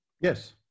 Yes